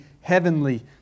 heavenly